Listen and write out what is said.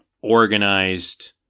organized